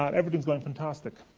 ah everything's going fantastic.